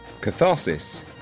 Catharsis